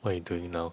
what you doing now